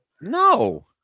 no